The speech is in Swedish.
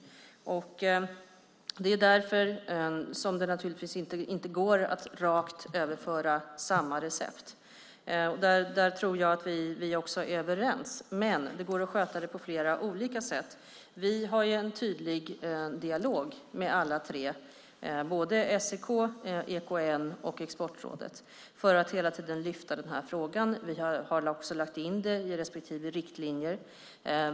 Det är därför som det naturligtvis inte går att rakt överföra receptet. Där tror jag att vi är överens, men det går att sköta det på flera olika sätt. Vi har en tydlig dialog med alla tre, SEK, EKN och Exportrådet, för att hela tiden lyfta den här frågan. Vi har lagt in det i respektive riktlinjer.